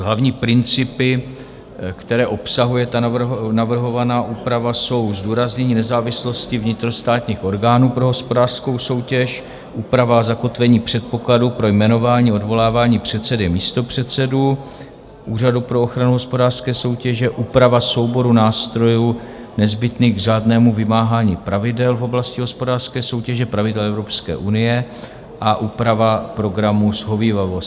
Hlavní principy, které obsahuje navrhovaná úprava, jsou zdůraznění nezávislosti vnitrostátních orgánů pro hospodářskou soutěž, úprava a zakotvení předpokladů pro jmenování a odvolávání předsedy a místopředsedů Úřadu pro ochranu hospodářské soutěže, úprava souboru nástrojů nezbytných k řádnému vymáhání pravidel Evropské unie v oblasti hospodářské soutěže a úprava programu shovívavosti.